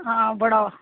ਹਾਂ ਬੜਾ